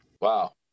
Wow